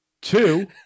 Two